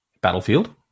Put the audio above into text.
battlefield